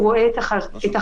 הוא רואה את החריגה,